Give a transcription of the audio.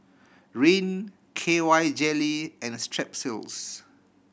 Rene K Y Jelly and Strepsils